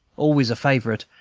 always a favorite,